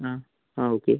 ആ ആ ഓക്കെ